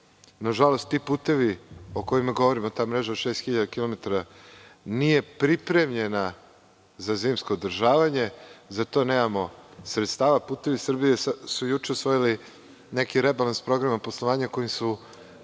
Nažalost, ti putevi o kojima govorimo, ta mreža od 6.000 km nije pripremljena za zimsko održavanje, za to nemamo sredstava. „Putevi Srbije“ su juče usvojili neki rebalans programa poslovanja kojim su